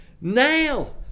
Now